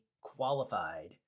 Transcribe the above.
qualified